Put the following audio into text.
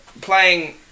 playing